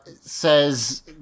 says